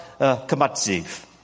Kamatziv